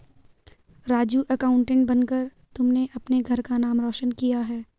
Raju accountant बनकर तुमने अपने घर का नाम रोशन किया है